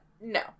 No